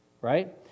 right